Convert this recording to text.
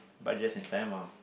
but just in time ah